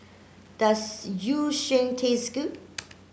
does Yu Sheng taste good